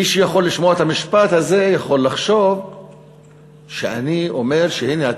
מי שיכול לשמוע את המשפט הזה יכול לחשוב שאני אומר שהנה,